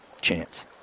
chance